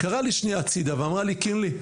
היא קראה לי שנייה הצידה ואמרה לי: קינלי,